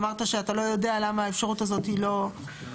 אמרת שאתה לא יודע למה האפשרות הזאת היא לא אפשרית.